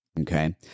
Okay